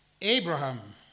Abraham